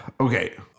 okay